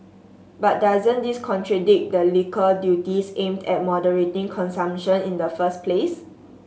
but doesn't this contradict the liquor duties aimed at moderating consumption in the first place